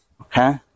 Okay